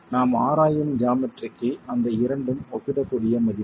நாம் ஆராயும் ஜாமெட்ரிக்கு அந்த இரண்டும் ஒப்பிடக்கூடிய மதிப்புகள்